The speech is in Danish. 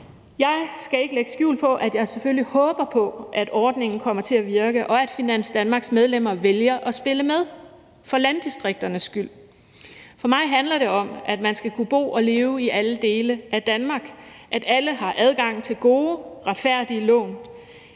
Jeg skal ikke lægge skjul på, at jeg selvfølgelig håber på, at ordningen kommer til at virke, og at Finans Danmarks medlemmer vælger at spille med for landdistrikternes skyld. For mig handler det om, at man skal kunne bo og leve i alle dele af Danmark, og at alle har adgang til gode, retfærdige lån.